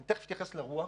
אני תכף אתייחס לרוח,